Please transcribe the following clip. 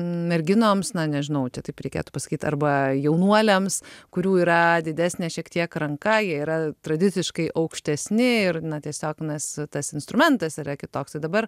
merginoms na nežinau čia taip reikėtų pasakyt arba jaunuoliams kurių yra didesnė šiek tiek ranką jie yra tradiciškai aukštesni ir na tiesiog nes tas instrumentas yra kitoks dabar